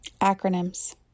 Acronyms